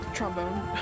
Trombone